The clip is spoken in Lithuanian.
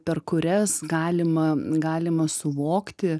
per kurias galima galima suvokti